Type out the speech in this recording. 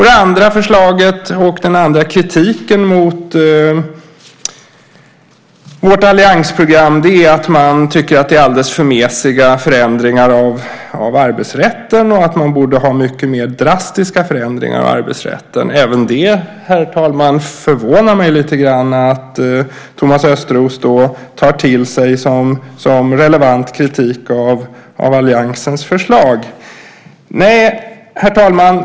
Den andra kritik man har mot vårt alliansprogram är att man tycker att det är alldeles för mesiga förändringar av arbetsrätten, att det borde vara mycket mer drastiska förändringar av arbetsrätten. Även det, herr talman, förvånar det mig lite grann att Thomas Östros tar till sig som relevant kritik av alliansens förslag. Herr talman!